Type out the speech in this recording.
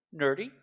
Nerdy